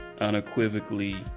unequivocally